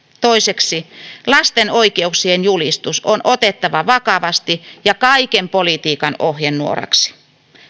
toiseksi lasten oikeuksien julistus on otettava vakavasti ja kaiken politiikan ohjenuoraksi